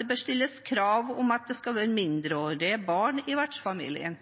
bør stilles krav om at det skal være mindreårige barn i vertsfamilien.